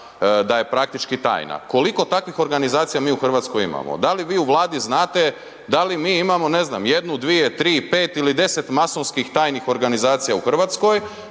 da je praktički tajna. Koliko takvih organizacija mi u Hrvatskoj imamo? Da li vi u Vladi znate da li mi imamo, ne znam, jednu, dvije, tri, pet ili deset masonskih tajnih organizacija u Hrvatskoj?